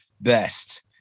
best